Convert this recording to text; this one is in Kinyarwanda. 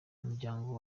umuryango